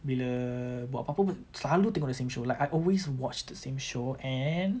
bila buat apa-apa pun selalu tengok same show like I always watch the same show and